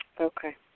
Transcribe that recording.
Okay